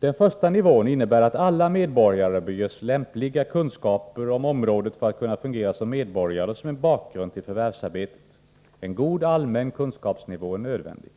Den första nivån innebär att alla medborgare bör ges lämpliga kunskaper om området för att kunna fungera som medborgare, och som en bakgrund till förvärvsarbetet. En god allmän kunskapsnivå är nödvändig.